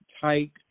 Tight